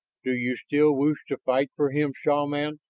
do you still wish to fight for him, shaman?